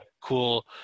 cool